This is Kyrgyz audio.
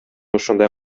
ушундай